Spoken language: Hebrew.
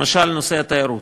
למשל, נושא התיירות.